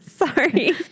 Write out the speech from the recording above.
Sorry